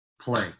play